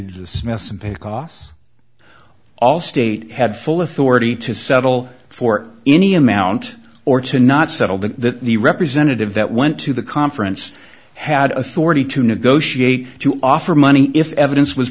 this mess and pay the costs all state had full authority to settle for any amount or to not settle the the representative that went to the conference had authority to negotiate to offer money if evidence was